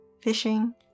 fishing